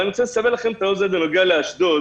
אני רוצה לסבר לך את האוזן בנוגע לאשדוד.